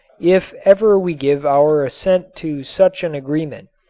if ever we give our assent to such an agreement,